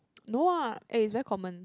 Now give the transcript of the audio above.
no ah eh it's very common